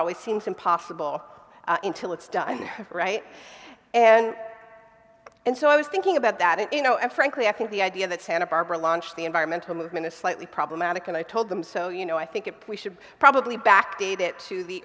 always seems impossible until it's done right and and so i was thinking about that and you know and frankly i think the idea that santa barbara launched the environmental movement is slightly problematic and i told them so you know i think it we should probably back to that to the